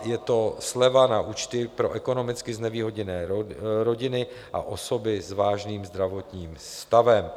Je to sleva na účty pro ekonomicky znevýhodněné rodiny a osoby s vážným zdravotním stavem.